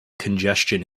congestion